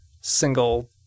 single